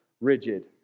rigid